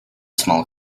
small